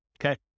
okay